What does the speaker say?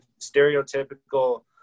stereotypical